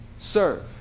serve